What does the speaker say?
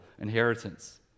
inheritance